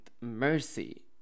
mercy